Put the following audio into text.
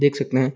देख सकते हैं